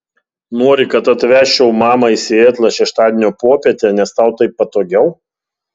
nori kad atvežčiau mamą į sietlą šeštadienio popietę nes tau taip patogiau